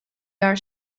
are